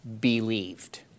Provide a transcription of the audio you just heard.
believed